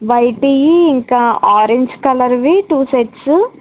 వైట్వి ఇంకా ఆరంజ్ కలర్వి two sets